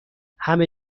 همه